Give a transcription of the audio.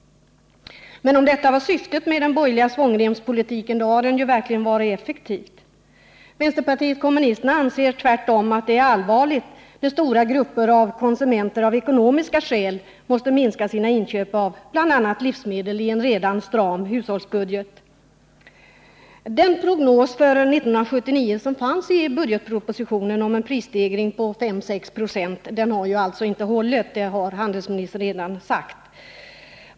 Om detta var syftet med den borgerliga svångremspolitiken, då har den verkligen varit effektiv. Vänsterpartiet kommunisterna anser tvärtom att det är allvarligt när stora grupper av konsumenter av ekonomiska skäl måste minska sina inköp av bl.a. livsmedel, i en redan stram hushållsbudget. Den prognos för 1979 som fanns i budgetpropositionen om en prisstegring på 5-6 96 har alltså inte hållit — det har handelsministern redan sagt.